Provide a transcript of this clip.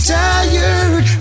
tired